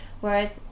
whereas